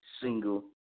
single